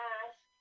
ask